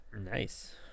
Nice